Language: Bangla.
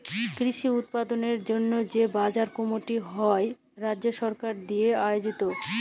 কৃষি উৎপাদলের জন্হে যে বাজার কমিটি হ্যয় রাজ্য সরকার দিয়া আয়জিত